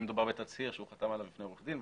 אם מדובר עליו בתצהיר שהוא חתם לפני עורך דין,